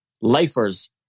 lifers